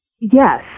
Yes